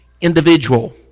individual